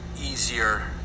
easier